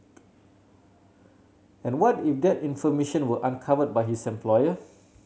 and what if that information were uncovered by his employer